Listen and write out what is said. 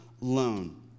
loan